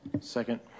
Second